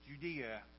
Judea